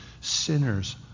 sinners